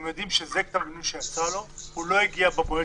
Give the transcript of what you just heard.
הם יודעים שהוא לא הגיע במועד,